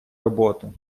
роботу